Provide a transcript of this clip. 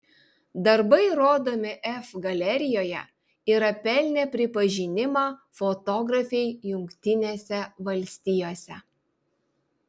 darbai rodomi f galerijoje yra pelnę pripažinimą fotografei jungtinėse valstijose